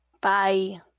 Bye